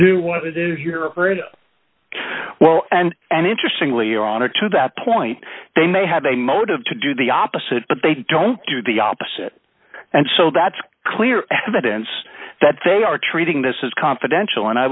do what it is you're afraid of well and and interestingly on or to that point they may have a motive to do the opposite but they don't do the opposite and so that's clear evidence that they are treating this as confidential and i